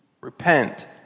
Repent